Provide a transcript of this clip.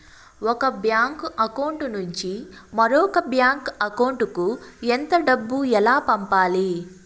ఒక bank account నుంచి మరొక బ్యాంకు అకౌంట్ కు ఎంత డబ్బు ఎలా పంపాలి